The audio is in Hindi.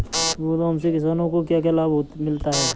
गोदाम से किसानों को क्या क्या लाभ मिलता है?